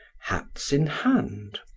hats in hand.